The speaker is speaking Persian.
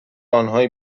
آنهایی